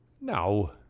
no